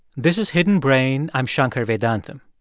this is hidden brain. i'm shankar vedantam.